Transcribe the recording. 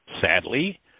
sadly